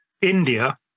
India